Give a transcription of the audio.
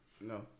no